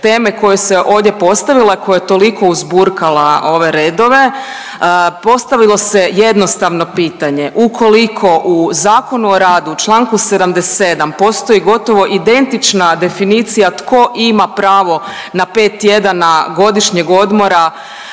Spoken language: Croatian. teme koja se ovdje postavila koja je toliko uzburkala ove redove. Postavilo se jednostavno pitanje, ukoliko u ZOR, čl. 77 postoji gotovo identična definicija tko ima pravo na 5 tjedana godišnjeg odmora,